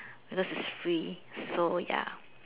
because it's free so ya